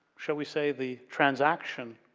shall we say, the transaction